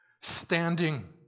standing